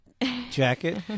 jacket